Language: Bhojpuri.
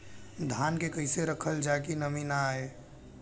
धान के कइसे रखल जाकि नमी न आए?